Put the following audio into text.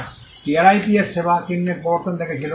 আর টিআরআইপিএসও সেবা চিহ্নের প্রবর্তন দেখেছিল